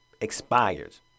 expires